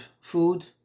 food